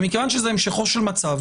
ומכיוון שזה המשכו של מצב,